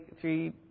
three